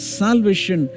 salvation